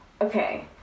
Okay